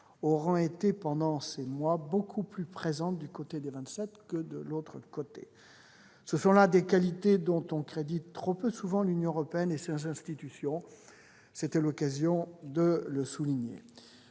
auront été, durant ces mois, beaucoup plus présentes du côté des Vingt-Sept que de l'autre. Ce sont là des qualités dont on crédite trop peu souvent l'Union européenne et ses institutions ; c'est l'occasion de le faire.